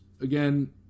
again